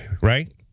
Right